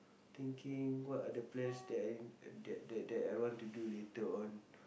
thinking what are the plans that that that that I want to do later on